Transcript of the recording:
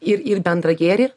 ir ir bendrą gėrį